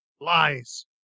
Lies